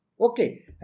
Okay